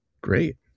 Great